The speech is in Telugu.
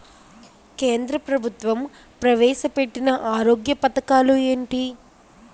కేంద్ర ప్రభుత్వం ప్రవేశ పెట్టిన ఆరోగ్య పథకాలు ఎంటి?